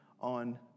on